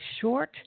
short